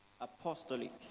apostolic